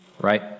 right